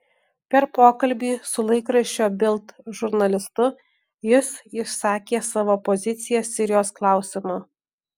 per pokalbį su laikraščio bild žurnalistu jis išsakė savo poziciją sirijos klausimu